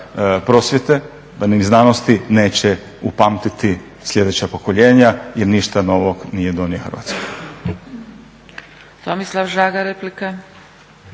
prosvjete, znanosti neće upamtiti sljedeća pokoljenja, jer ništa novog nije donio Hrvatskoj. **Zgrebec, Dragica